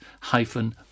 hyphen